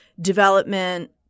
development